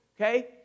okay